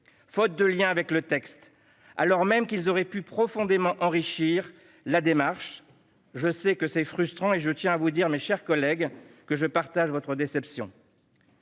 faute de lien avec celui-ci, alors même qu'ils auraient pu profondément enrichir la démarche. Je sais que c'est frustrant et je tiens à vous dire, mes chers collègues, que je partage votre déception.